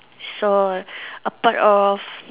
so a part of